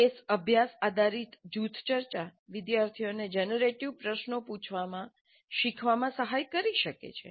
case અભ્યાસ આધારિત જૂથ ચર્ચા વિદ્યાર્થીઓને જનરેટિવ પ્રશ્નો પૂછવાનું શીખવામાં સહાય કરી શકે છે